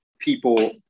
people